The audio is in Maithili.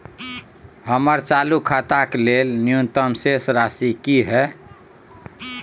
हमर चालू खाता के लेल न्यूनतम शेष राशि की हय?